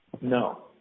No